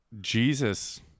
Jesus